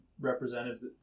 representatives